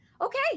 Okay